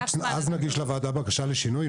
אז נגיש לוועדה בקשה לשינוי.